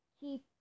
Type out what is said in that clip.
keep